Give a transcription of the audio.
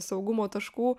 saugumo taškų